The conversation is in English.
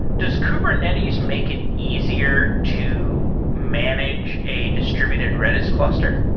does kubernetes make it easier to manage a distributed redis cluster?